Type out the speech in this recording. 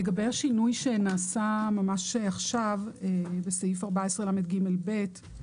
לגבי השינוי שנעשה ממש עכשיו בסעיף 14לג(ב).